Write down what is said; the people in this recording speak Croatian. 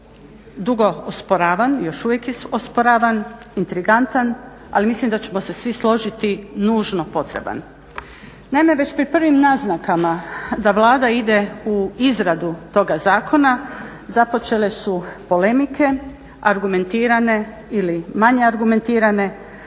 dugo osporavan, još uvijek osporavan, intrigantan ali mislim da ćemo se svi složiti nužno potreban. Naime, već pri prvim naznakama da Vlada ide u izradu toga zakona započele su polemike argumentirane ili manje argumentirane,